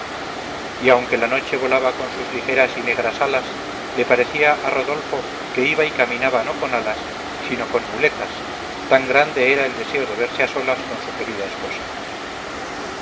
y aunque la noche volaba con sus ligeras y negras alas le parecía a rodolfo que iba y caminaba no con alas sino con muletas tan grande era el deseo de verse a solas con su querida esposa